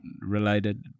related